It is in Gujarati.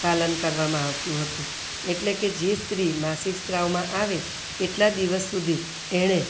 પાલન કરવામાં આવતું હતું એટલે કે જે સ્ત્રી માસિક સ્ત્રાવમાં આવે એટલા દિવસ સુધી એણે